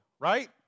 right